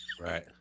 Right